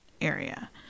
area